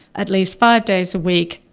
at least five days a week,